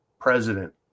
president